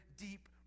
deep